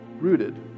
rooted